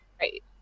Right